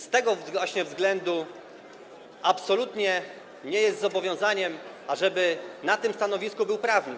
Z tego właśnie względu absolutnie nie jest zobowiązaniem, ażeby na tym stanowisku był prawnik.